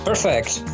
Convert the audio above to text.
Perfect